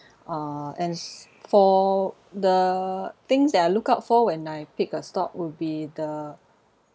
uh and for the things that I look out for when I pick a stock will be the